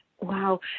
Wow